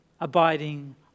abiding